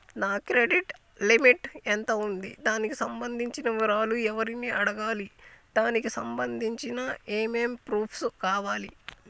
నా credit limit ఎంత ఉంది? దానికి సంబంధించిన వివరాలు ఎవరిని అడగాలి? దానికి సంబంధించిన ఏమేం ప్రూఫ్స్ కావాలి?